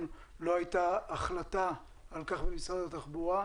לא הייתה החלטה על כך במשרד התחבורה,